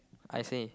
I see